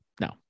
no